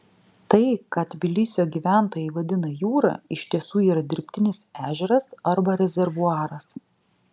tai ką tbilisio gyventojai vadina jūra iš tiesų yra dirbtinis ežeras arba rezervuaras